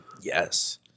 yes